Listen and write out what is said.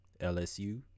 LSU